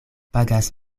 pagas